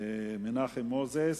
חברי הכנסת מנחם מוזס,